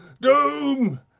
doom